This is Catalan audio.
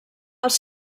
els